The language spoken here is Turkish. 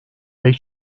pek